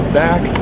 back